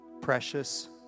precious